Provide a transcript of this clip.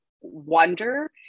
wonder